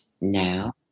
now